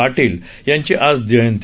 पाटील यांची आज जयंती